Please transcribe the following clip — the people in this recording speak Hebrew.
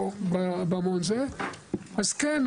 אז כן,